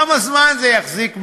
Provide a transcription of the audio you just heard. כמה זמן זה יחזיק מעמד,